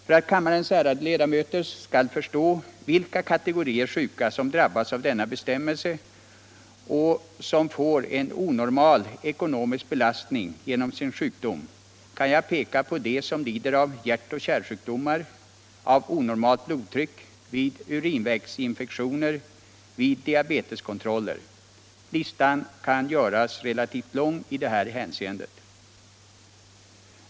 För att kammarens ärade ledamöter skall förstå vilka kategorier sjuka som drabbas av denna bestämmelse och som får en onormal ekonomisk belastning genom sin sjukdom kan jag peka på dem som lider av hjärtoch kärlsjukdomar, av onormalt blodtryck, av urinvägsinfektioner eller av diabetes. Listan kan göras relativt lång i detta hänseende.